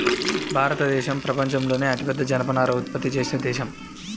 భారతదేశం ప్రపంచంలోనే అతిపెద్ద జనపనార ఉత్పత్తి చేసే దేశం